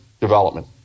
development